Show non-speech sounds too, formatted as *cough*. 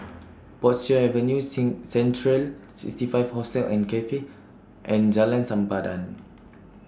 *noise* Portchester Avenue Sin Central sixty five Hostel and Cafe and Jalan Sempadan